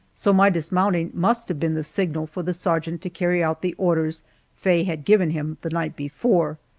so my dismounting must have been the signal for the sergeant to carry out the orders faye had given him the night before.